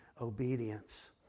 obedience